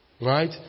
Right